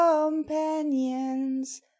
companions